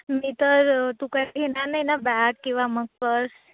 मी तर तू काय घेणार नाही ना बॅग किंवा मग पर्स